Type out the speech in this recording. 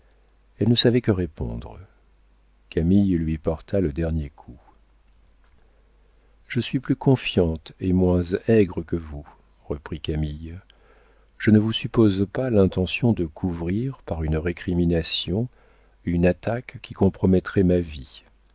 elle ne savait que répondre camille lui porta le dernier coup je suis plus confiante et moins aigre que vous reprit camille je ne vous suppose pas l'intention de couvrir par une récrimination une attaque qui compromettrait ma vie